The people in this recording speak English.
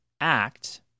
act